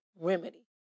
remedy